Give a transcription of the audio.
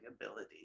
ability